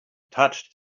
touched